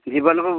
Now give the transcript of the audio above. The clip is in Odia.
ଜୀବନକୁ